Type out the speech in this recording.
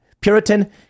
Puritan